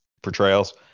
portrayals